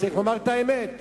צריך לומר את האמת.